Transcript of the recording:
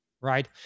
right